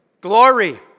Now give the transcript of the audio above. Glory